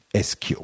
SQ